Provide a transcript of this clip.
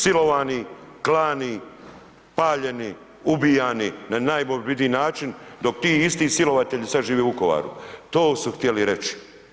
Silovani, klani, paljeni, ubijani na najmorbidniji način, dok ti isti silovatelji sad žive u Vukovaru, to su htjeli reći.